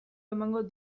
eman